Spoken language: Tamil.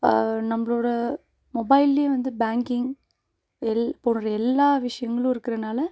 நம்மளோட மொபைல்லேயே வந்து பேங்கிங் எல் போன்ற எல்லா விஷயங்களும் இருக்கிறனால